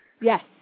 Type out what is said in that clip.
Yes